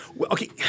Okay